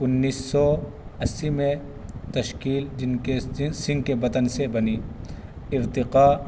انیس سو اسی میں تشکیل جن کے سنگھ کے بطن سے بنی ارتقاء